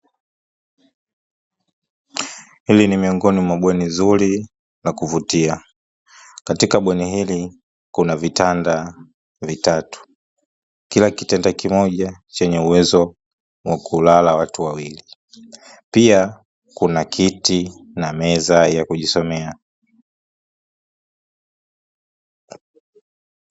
hili ni miongoni mwa bweni nzuri na la kuvutia, katika bweni hili kuna vitanda vitatu kila kitanda kimoja chenye uwezo kwa kulala watu wawili, pia kuna kiti na meza ya kujisomea